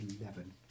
eleven